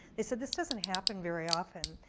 they said this doesn't happen very often,